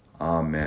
Amen